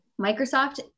Microsoft